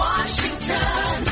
Washington